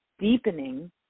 deepening